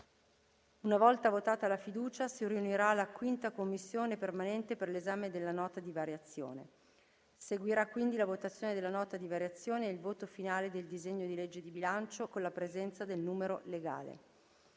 Una volta votata la fiducia, si riunirà la 5ª Commissione permanente per l’esame della Nota di variazioni. Seguirà quindi la votazione della Nota di variazioni e il voto finale del disegno di legge di bilancio, con la presenza del numero legale.